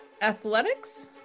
Athletics